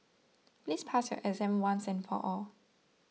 please pass your exam once and for all